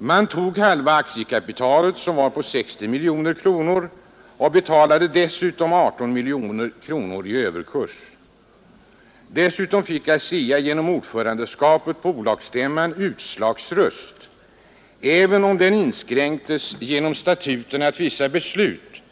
Man tog halva aktiekapitalet, som var på 60 miljoner kronor, och betalade dessutom 18 miljoner i överkurs. Vidare fick ASEA genom ordförandeskapet på bolagsstämman utslagsröst, även om den inskränktes genom statuterna att vissa beslut